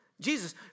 Jesus